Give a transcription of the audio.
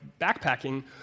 backpacking